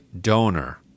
donor